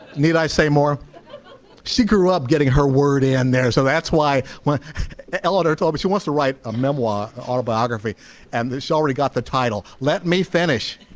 need i say more she grew up getting her word in there so that's why when eleanor told me she wants to write a memoir autobiography and this already got the title let me finish